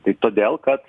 tai todėl kad